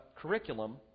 curriculum